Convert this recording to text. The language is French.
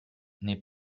n’est